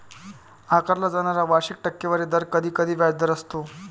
आकारला जाणारा वार्षिक टक्केवारी दर कधीकधी व्याजदर असतो